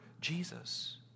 Jesus